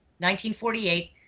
1948